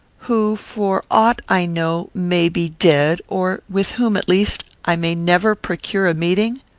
who, for aught i know, may be dead, or with whom, at least, i may never procure a meeting?